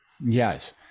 Yes